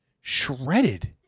shredded